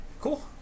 cool